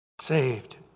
saved